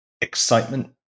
excitement